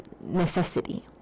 necessity